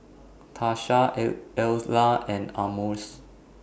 Tasha Ella and Almus